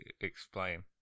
explain